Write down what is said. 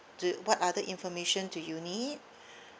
do what other information do you need